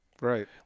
Right